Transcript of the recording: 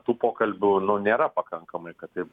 tų pokalbių nėra pakankamai kad taip